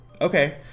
Okay